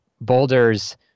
Boulder's